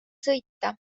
sõita